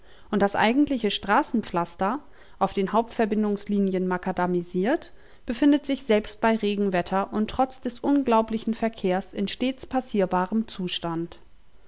und das eigentliche straßenpflaster auf den hauptverbindungslinien makadamisiert befindet sich selbst hei regenwetter und trotz des unglaublichen verkehrs in stets passierbarem zustand